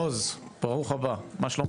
מעוז ברוך הבא, מה שלומך?